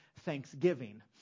thanksgiving